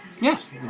Yes